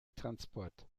transport